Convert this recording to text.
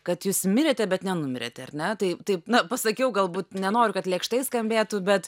kad jūs mirėte bet nenumirėte ar ne tai taip na pasakiau galbūt nenoriu kad lėkštai skambėtų bet